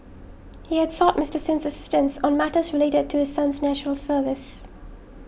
he had sought Mister Sin's assistance on matters related to his son's National Service